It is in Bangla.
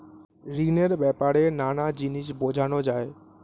ঋণের ব্যাপারে নানা জিনিস বোঝানো যায়